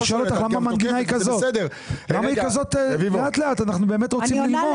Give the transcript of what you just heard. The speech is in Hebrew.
לאט לאט, אנחנו באמת רוצים ללמוד.